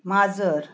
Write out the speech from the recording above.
माजर